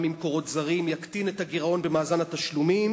ממקורות זרים תקטין את הגירעון במאזן התשלומים,